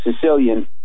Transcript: Sicilian